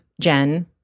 Jen